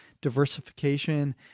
diversification